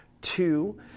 two